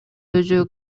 өзү